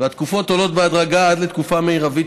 והתקופות עולות בהדרגה עד לתקופה מרבית